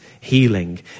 healing